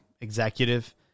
executive